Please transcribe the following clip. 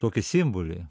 tokį simbolį